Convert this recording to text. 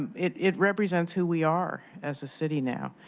it it represents who we are as a city now.